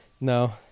no